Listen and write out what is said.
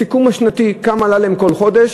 סיכום שנתי כמה עלה להם כל חודש,